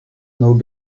nos